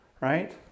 right